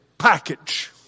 package